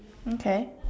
okay